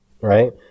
Right